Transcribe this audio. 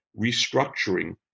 restructuring